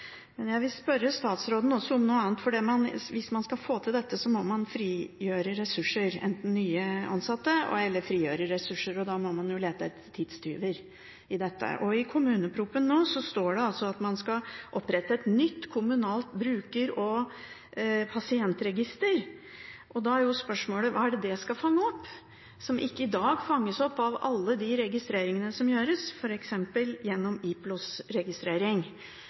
Jeg vil spørre statsråden om noe annet, for hvis man skal få til dette, må man enten få nye ansatte eller frigjøre ressurser, og da må man lete etter tidstyver. I kommuneproposisjonen står det at man skal opprette et nytt kommunalt bruker- og pasientregister. Da er jo spørsmålet: Hva skal det fange opp som i dag ikke fanges opp av alle de registreringene som gjøres, f.eks. gjennom